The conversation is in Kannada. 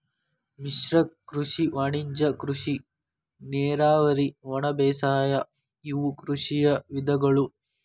ಮಿಶ್ರ ಕೃಷಿ ವಾಣಿಜ್ಯ ಕೃಷಿ ನೇರಾವರಿ ಒಣಬೇಸಾಯ ಇವು ಕೃಷಿಯ ವಿಧಗಳು